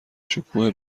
شکوه